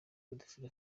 godfrey